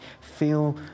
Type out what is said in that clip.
feel